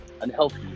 unhealthy